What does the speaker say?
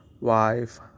wife